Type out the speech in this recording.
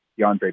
DeAndre